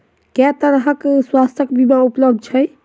केँ तरहक स्वास्थ्य बीमा उपलब्ध छैक?